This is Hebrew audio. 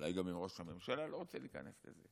אולי גם עם ראש הממשלה, לא רוצה להיכנס לזה.